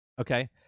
okay